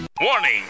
Warning